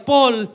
Paul